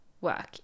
work